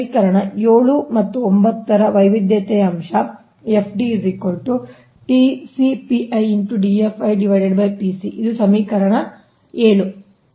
ಸಮೀಕರಣ ೭ ಮತ್ತು ೯ ರಿಂದ ವೈವಿಧ್ಯತಯ ಅಂಶ ಇದು ಸಮೀಕರಣ ೭